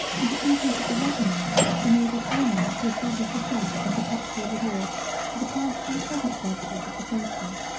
and the increase of the revenue enabled omar to establish a just and perpetual reward for the past and present services of the faithful.